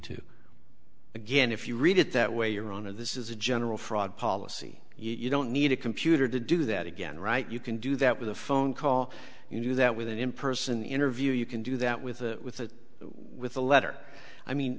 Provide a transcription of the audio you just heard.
too again if you read it that way your own of this is a general fraud policy you don't need a computer to do that again right you can do that with a phone call you do that with an in person interview you can do that with a with a with a letter i mean